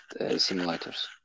simulators